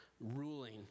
ruling